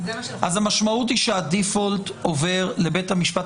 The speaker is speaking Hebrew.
המשמעות היא שהדיפולט עובר לבית המשפט